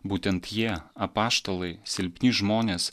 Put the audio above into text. būtent jie apaštalai silpni žmonės